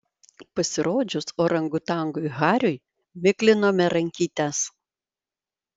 pasirodžius orangutangui hariui miklinome rankytes